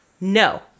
No